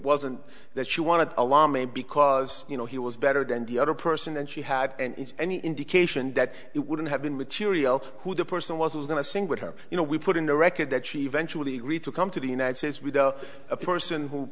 wasn't that she wanted a law made because you know he was better than the other person and she had any indication that it wouldn't have been with cereal who the person was was going to sing with her you know we put in the record that she eventually agreed to come to the united states with a person who